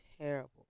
terrible